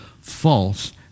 false